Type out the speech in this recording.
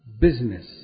business